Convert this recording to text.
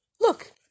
Look